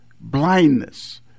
blindness